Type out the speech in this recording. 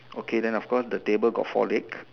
okay then of course the table got four leg